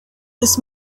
des